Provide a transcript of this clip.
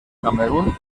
camerun